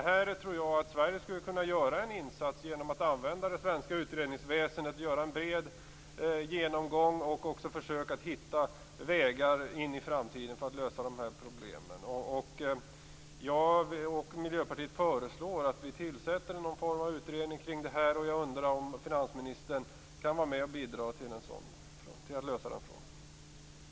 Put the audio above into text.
Här tror jag att Sverige skulle kunna göra en insats genom att använda det svenska utredningsväsendet och göra en bred genomgång och också försöka hitta vägar in i framtiden för att lösa de här problemen. Jag och Miljöpartiet föreslår att vi tillsätter någon form av utredning kring det här. Jag undrar om finansministern kan vara med och bidra till att lösa den frågan.